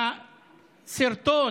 בסרטון,